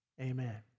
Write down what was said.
amen